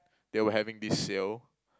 they were having this sale